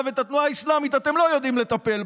בתנועה האסלאמית אתם לא יודעים לטפל,